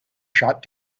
shot